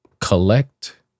collect